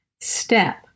step